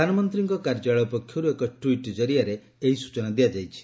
ପ୍ରଧାନମନ୍ତ୍ରୀଙ୍କ କାର୍ଯ୍ୟାଳୟ ପକ୍ଷରୁ ଏକ ଟ୍ୱିଟ୍ ଜରିଆରେ ଏହି ସ୍ବଚନା ଦିଆଯାଇଛି